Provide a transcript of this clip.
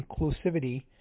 inclusivity